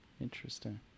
Interesting